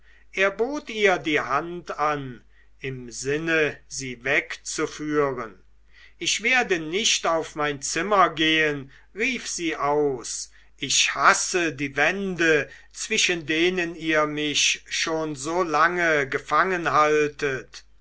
er bot ihr die hand an im sinne sie wegzuführen ich werde nicht auf mein zimmer gehen rief sie aus ich hasse die wände zwischen denen ihr mich schon so lange